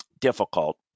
difficult